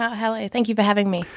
hello, thank you for having me.